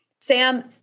Sam